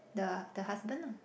the the husband ah